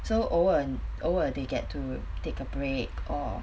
so 偶尔偶尔 they get to take a break or